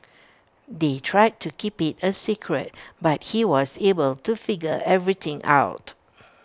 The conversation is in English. they tried to keep IT A secret but he was able to figure everything out